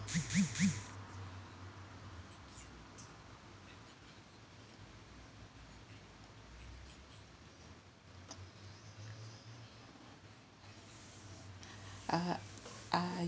uh I